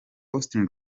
austin